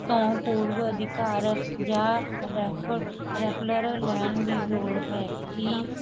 ਤੋਂ ਪੂਰਵ ਅਧਿਕਾਰ ਜਾਂ ਰੈਫਰ ਰੈਫਲਰ ਲੈਣ ਦੀ ਲੋੜ ਹੈ ਕੀ